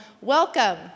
welcome